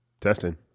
testing